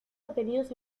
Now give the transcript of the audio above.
obtenidos